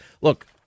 look